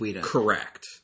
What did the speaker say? correct